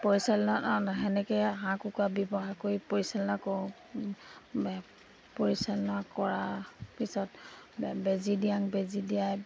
পৰিচালনা সেনেকে হাঁহ কুকুৰা ব্যৱহাৰ কৰি পৰিচালনা কৰোঁ পৰিচালনা কৰা পিছত বেজি দিয়াং বেজি দিয়াই